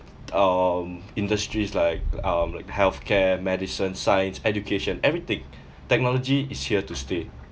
um industries like um like health care medicine science education everything technology is here to stay